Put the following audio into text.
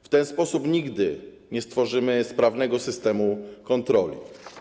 W ten sposób nigdy nie stworzymy sprawnego systemu kontroli.